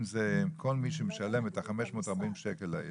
אם זה כל מי שמשלם את 540 השקלים האלה.